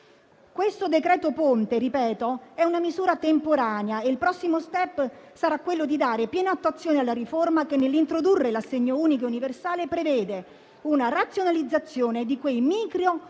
Questo decreto ponte è una misura temporanea e il prossimo *step* sarà quello di dare piena attuazione alla riforma che, nell'introdurre l'assegno unico universale, prevede una razionalizzazione di quei micro aiuti